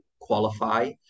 qualify